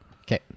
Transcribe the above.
Okay